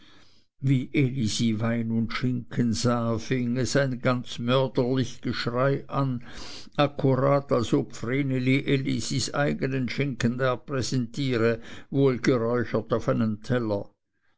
wie elisi wein und schinken sah fing es ein ganz mörderlich geschrei an akkurat als ob vreneli elisis eignen schinken da präsentiere wohlgeräuchert auf einem teller